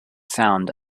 sound